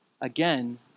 Again